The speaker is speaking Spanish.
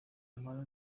armado